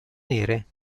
nere